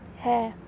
ਹੈ